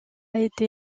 été